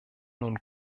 nun